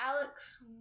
Alex